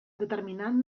determinant